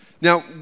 Now